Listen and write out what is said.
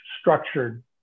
structured